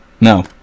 No